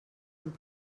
amb